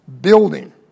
building